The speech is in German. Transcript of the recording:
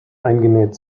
eingenäht